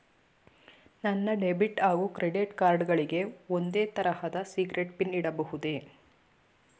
ನನ್ನ ಡೆಬಿಟ್ ಹಾಗೂ credit card ಗಳಿಗೆ ಒಂದೇ ತರಹದ ಸೀಕ್ರೇಟ್ ಪಿನ್ ಇಡಬಹುದೇ?